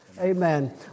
Amen